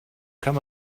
kann